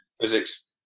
physics